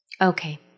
Okay